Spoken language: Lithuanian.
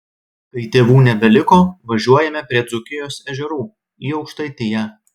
kai tėvų nebeliko važiuojame prie dzūkijos ežerų į aukštaitiją